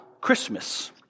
Christmas